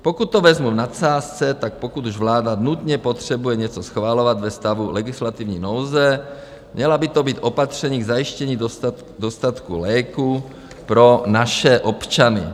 Pokud to vezmu v nadsázce, tak pokud už vláda nutně potřebuje něco schvalovat ve stavu legislativní nouze, měla by to být opatření k zajištění dostatku léků pro naše občany.